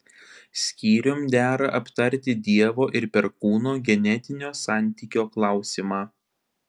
skyrium dera aptarti dievo ir perkūno genetinio santykio klausimą